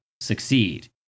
succeed